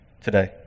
today